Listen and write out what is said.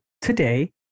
today